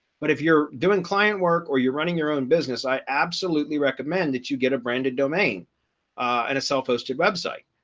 but if you're doing client work or you're running your own business, i absolutely recommend that you get a branded domain and a self hosted website.